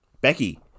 Becky